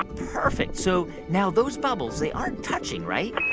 perfect. so now those bubbles they aren't touching, right?